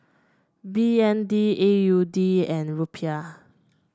B N D A U D and Rupiah